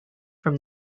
from